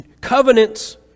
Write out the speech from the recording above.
Covenants